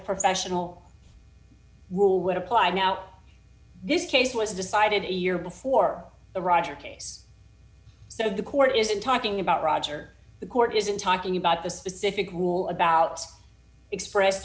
professional rule would apply now this case was decided a year before the roger case so the court isn't talking about roger the court isn't talking about the specific rule about expressed